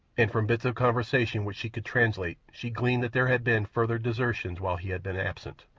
and from bits of conversation which she could translate she gleaned that there had been further desertions while he had been absent,